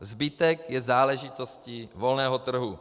Zbytek je záležitostí volného trhu.